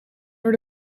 door